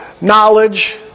knowledge